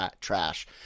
trash